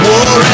War